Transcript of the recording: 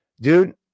Dude